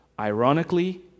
Ironically